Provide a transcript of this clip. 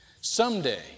Someday